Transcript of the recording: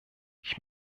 ich